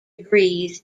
degrees